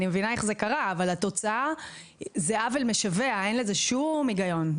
אבל התוצאה היא עוול משווע, אין בזה שום היגיון.